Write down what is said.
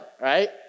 Right